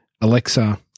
Alexa